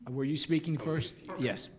were you speaking first? yes,